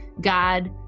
God